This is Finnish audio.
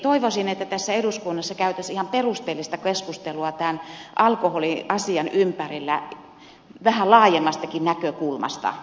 toivoisin että eduskunnassa käytäisiin ihan perusteellista keskustelua tämän alkoholiasian ympärillä vähän laajemmastakin näkökulmasta